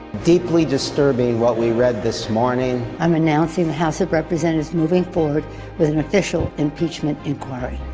deeply disturbing, what we read this morning. i'm announcing the house of representatives moving forward with an official impeachment inquiry.